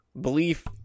belief